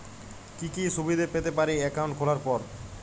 কি কি সুবিধে পেতে পারি একাউন্ট খোলার পর?